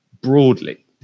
broadly